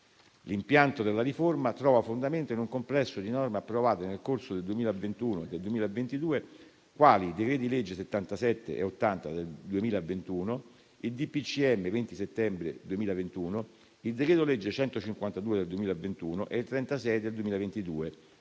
L'impianto della riforma trova fondamento in un complesso di norme approvato nel corso del 2021 e del 2022, quali i decreti-legge nn. 77 e 80 del 2021 e il DPCM 20 settembre 2021, il decreto-legge n. 152 del 2021 e il decreto-legge